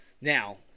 Now